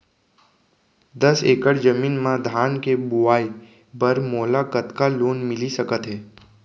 दस एकड़ जमीन मा धान के बुआई बर मोला कतका लोन मिलिस सकत हे?